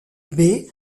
baies